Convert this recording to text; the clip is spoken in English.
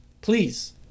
please